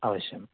अवश्यम्